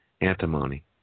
antimony